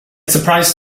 surprised